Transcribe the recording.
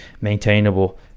maintainable